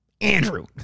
Andrew